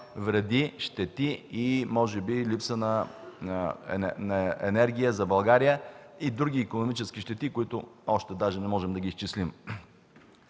вреди, щети, а може би и липса на енергия за България и други икономически щети, които още даже не можем да изчислим.